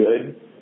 good